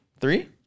Three